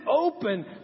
open